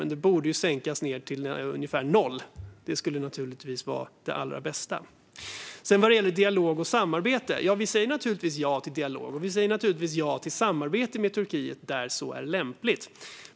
Men det borde sänkas till ungefär noll. Det skulle vara det allra bästa. Vi säger naturligtvis ja till dialog och samarbete med Turkiet där så är lämpligt.